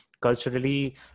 culturally